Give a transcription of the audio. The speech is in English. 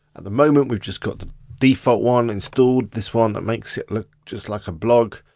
and the moment, we've just got the default one installed this one that makes it look just like a blog.